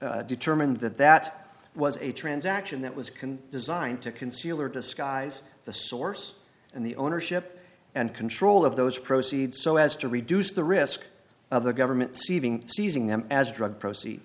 circuit determined that that was a transaction that was can designed to conceal or disguise the source and the ownership and control of those proceeds so as to reduce the risk of the government saving seizing them as drug proceeds